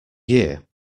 year